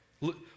Look